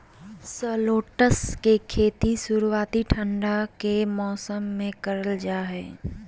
shallots के खेती शुरुआती ठंड के मौसम मे करल जा हय